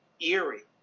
eerie